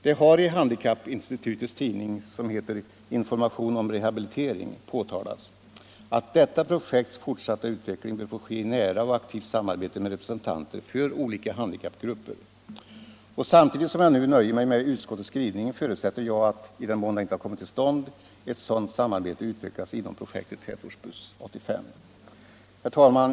Det har i handikappinstitutets tidning Information om rehabilitering framhållits att detta projekts fortsatta utveckling bör få ske i nära och aktivt samarbete med representanter för olika handikappgrupper. Samtidigt som jag nu nöjer mig med utskottets skrivning förutsätter jag att ett sådant samarbete, i den mån det inte har kommit till stånd, utvecklas inom projektet Tätortsbuss 1985. Herr talman!